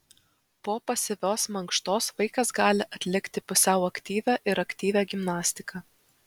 po pasyvios mankštos vaikas gali atlikti pusiau aktyvią ir aktyvią gimnastiką